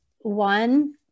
One